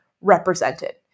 represented